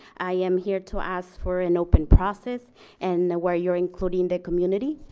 i am here to ask for an open process and where you're including the community.